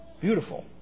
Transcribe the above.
beautiful